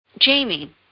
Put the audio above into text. Jamie